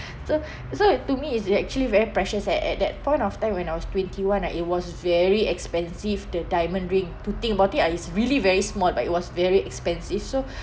so so to me is actually very precious at at that point of time when I was twenty one ah it was very expensive the diamond ring to think about it ah it's really very small but it was very expensive so